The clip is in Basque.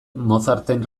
mozarten